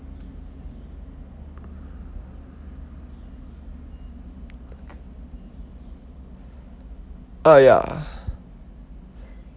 uh ya